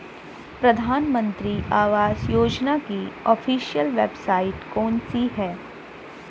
प्रधानमंत्री आवास योजना की ऑफिशियल वेबसाइट कौन सी है?